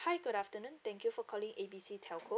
hi good afternoon thank you for calling A B C telco